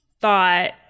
thought